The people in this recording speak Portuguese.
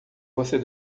você